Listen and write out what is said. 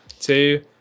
two